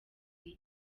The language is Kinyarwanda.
iyi